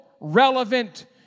relevant